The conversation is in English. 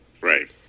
Right